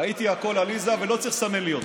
ראיתי הכול, עליזה, ולא צריך לסמן לי יותר.